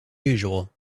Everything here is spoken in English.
usual